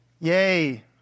Yay